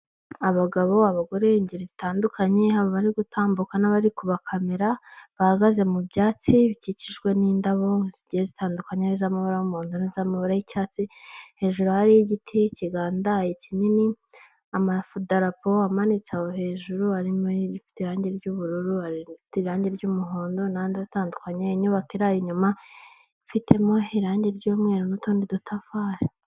Abagabo n'abagore ingeri zitandukanye bari gutambuka n'abari kumakamera bahagaze mu byatsi bikikijwe n'indabo zitandukanye z'amabara y'umuhondo n'amabara y'icyatsi hejuru hari igiti kigandaye kinini amadarapo amanitse hejuru arimo irifite irangi ry'ubururu irangi ry'umuhondo n'andi atandukanye inyubako iraye inyuma ifitemo irangi ry'mweru n'utundi dutafari.